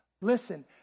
Listen